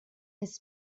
his